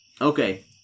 Okay